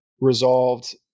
resolved